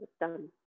done